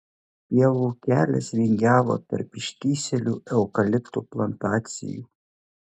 pievų kelias vingiavo tarp ištįsėlių eukaliptų plantacijų